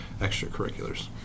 extracurriculars